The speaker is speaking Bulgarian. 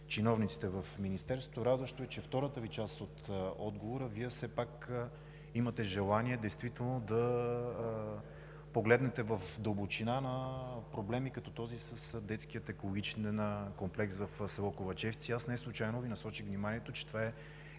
чиновниците в Министерството. Радващо е, че във втората част от отговора Ви все пак имате желание действително да погледнете в дълбочина на проблеми като този с Детския екологичен комплекс в село Ковачевци. Неслучайно насочих вниманието Ви, че това е